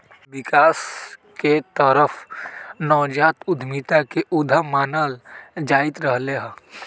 विकास के तरफ नवजात उद्यमिता के उद्यत मानल जाईंत रहले है